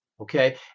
okay